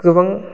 गोबां